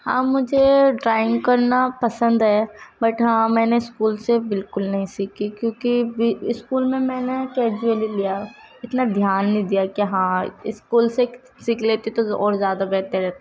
ہاں مجھے ڈرائنگ کرنا پسند ہے بٹ ہاں میں نے اسکول سے بالکل نہیں سیکھی کیونکہ اسکول میں میں نے کیجولی لیا اتنا دھیان نہیں دیا کہ ہاں اسکول سے سیکھ لیتی تو اور زیادہ بہتر